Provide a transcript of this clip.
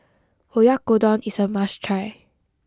Oyakodon is a must try